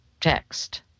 text